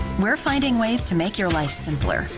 we're finding ways to make your life simpler,